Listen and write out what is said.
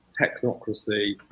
technocracy